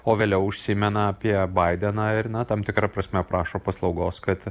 o vėliau užsimena apie baideną ir na tam tikra prasme prašo paslaugos kad